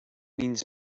means